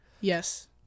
yes